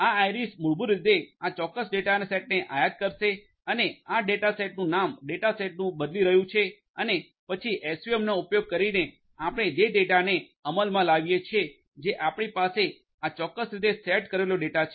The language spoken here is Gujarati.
આ આઇરિસ મૂળભૂત રીતે આ ચોક્કસ ડેટા સેટને આયાત કરશે અને આ ડેટા સેટનું નામ ડેટાસેટનું બદલી રહ્યું છે અને પછી એસવીએમનો ઉપયોગ કરીને આપણે તે ડેટાને અમલમાં લાવીએ છીએ જે આપણી પાસે આ ચોક્કસ રીતે સેટ કરેલો ડેટા છે